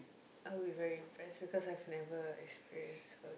I would be very impressed because I've never experienced al~